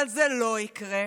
אבל זה לא יקרה.